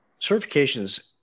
certifications